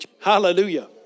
Hallelujah